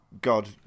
God